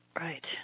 Right